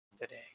today